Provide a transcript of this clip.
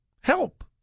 help